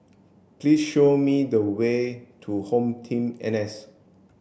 please show me the way to HomeTeam N S